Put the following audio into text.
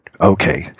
Okay